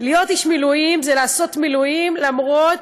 אדוני